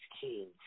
kids